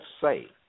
say